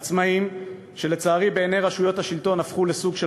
עצמאים שהפכו,